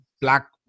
black